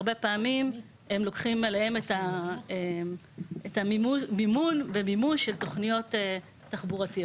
הרבה פעמים הם לוקחים עליהם את המימון ומימוש של תוכניות תחבורתיות.